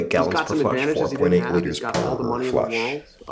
he's got some advantages he didn't have he's got all the money in the world,